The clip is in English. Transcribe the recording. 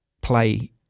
play